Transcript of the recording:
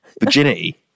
Virginity